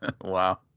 Wow